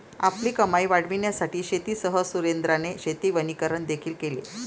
आपली कमाई वाढविण्यासाठी शेतीसह सुरेंद्राने शेती वनीकरण देखील केले